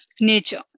Nature